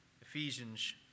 Ephesians